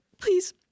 please